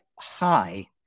high